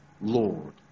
Lord